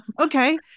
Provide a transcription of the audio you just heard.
Okay